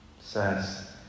says